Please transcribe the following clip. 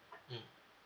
mmhmm